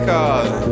Cause